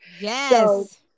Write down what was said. yes